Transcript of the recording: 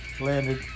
landed